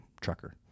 trucker